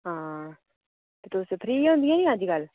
आं ते तुस फ्री होंदियां ना अजकल